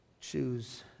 Choose